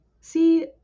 see